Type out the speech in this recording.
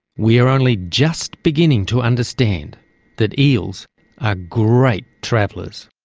we are only just beginning to understand that eels are great travellers.